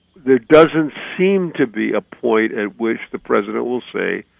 there doesn't seem to be a point at which the president will say,